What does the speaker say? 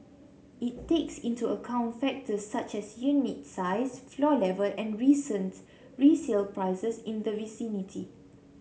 it takes into account factors such as unit size floor level and recent resale prices in the vicinity